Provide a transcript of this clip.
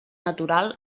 natural